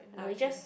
ah okay k